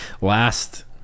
last